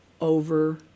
over